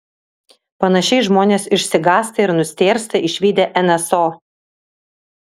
panašiai žmonės išsigąsta ir nustėrsta išvydę nso